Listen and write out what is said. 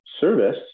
service